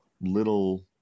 little